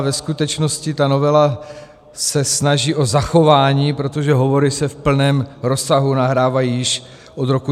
Ve skutečnosti ta novela se snaží o zachování, protože hovory se v plném rozsahu nahrávají již od roku 2004.